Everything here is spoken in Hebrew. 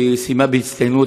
וסיימה בהצטיינות,